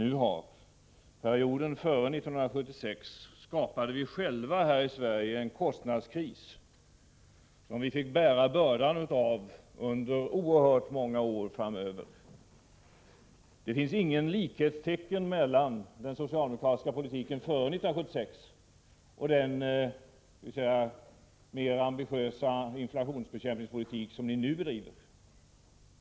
Under perioden före 1976 skapade vi själva en kostnadskris här i Sverige, som vi fick bära bördan av under oerhört många år framöver. Det finns inga likhetstecken mellan den socialdemokratiska politiken före 1976 och den mer ambitiösa inflationsbekämpningspolitik som ni nu bedriver.